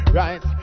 right